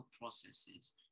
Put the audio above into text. processes